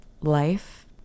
life